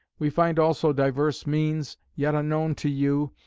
we find also divers means, yet unknown to you,